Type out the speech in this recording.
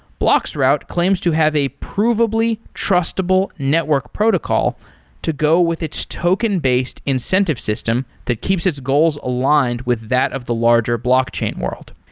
bloxroute claims to have a provably trustable network protocol to go with its token-based incentive system that keeps its goals aligned with that of the larger blockchain world.